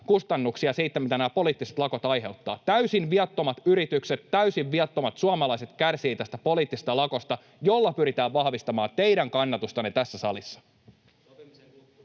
kustannuksia siitä, mitä nämä poliittiset lakot aiheuttavat. Täysin viattomat yritykset, täysin viattomat suomalaiset kärsivät tästä poliittisesta lakosta, jolla pyritään vahvistamaan teidän kannatustanne tässä salissa.